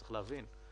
צריך להבין,